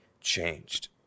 changed